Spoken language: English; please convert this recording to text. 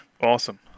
awesome